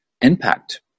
impact